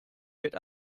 wird